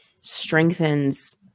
strengthens